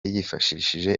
yifashishije